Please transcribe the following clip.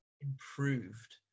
improved